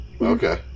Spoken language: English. Okay